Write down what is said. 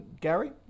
Gary